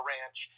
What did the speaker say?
Ranch